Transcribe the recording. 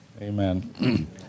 Amen